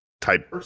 type